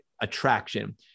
attraction